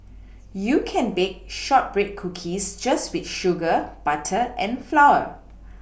you can bake shortbread cookies just with sugar butter and flour